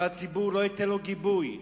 והציבור לא ייתן לו גיבוי.